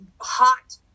hot